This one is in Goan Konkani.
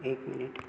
एक मिनीट